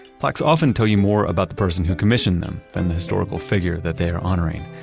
plaques often tell you more about the person who commissioned them than the historical figure that they are honoring.